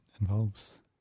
involves